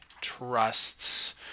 trusts